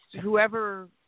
whoever